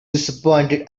disappointed